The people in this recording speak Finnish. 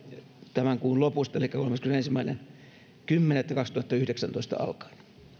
tämän kuun lopusta elikkä kolmaskymmenesensimmäinen kymmenettä kaksituhattayhdeksäntoista alkaen